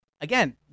again